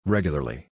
Regularly